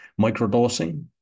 microdosing